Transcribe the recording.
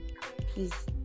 please